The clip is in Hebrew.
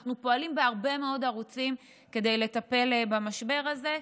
אנחנו פועלים בהרבה מאוד ערוצים כדי לטפל במשבר הזה,